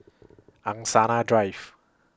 Angsana Drive